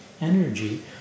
energy